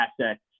assets